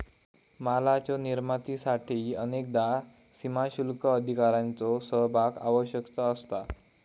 मालाच्यो निर्यातीसाठी अनेकदा सीमाशुल्क अधिकाऱ्यांचो सहभाग आवश्यक असता